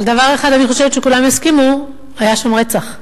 אבל על דבר אחד אני חושבת שכולם יסכימו: היה שם רצח.